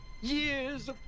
years